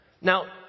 now